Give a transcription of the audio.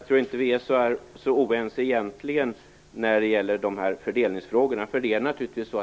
Fru talman! Jag tror inte att vi egentligen är så oense i fördelningsfrågorna.